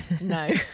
no